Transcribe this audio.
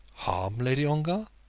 harm, lady ongar?